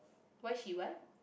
why she want